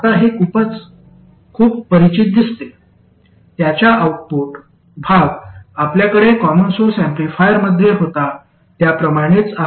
आता हे खूप परिचित दिसते त्याचा आऊटपुट भाग आपल्याकडे कॉमन सोर्स ऍम्प्लिफायरमध्ये होता त्याप्रमाणेच आहे